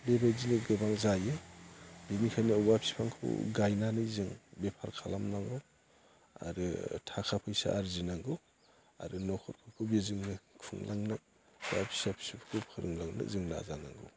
बेबायदिनो गोबां जायो बिनिखायनो औवा बिफांखौ गायनानै जों बेफार खालामनांगौ आरो थाखा फैसा आरजिनांगौ आरो न'खरखौ बेजोंनो खुंलांनो बा फिसा फिसौखौ खुंलांनो जों नाजानांगौ